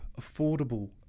affordable